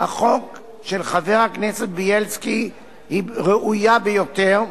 החוק של חבר הכנסת בילסקי היא ראויה ביותר,